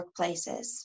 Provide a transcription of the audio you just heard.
workplaces